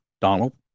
Donald